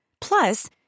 Plus